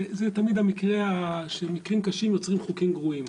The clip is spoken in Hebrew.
זה תמיד המקרה שבו מקרים קשים יוצרים חוקים גרועים.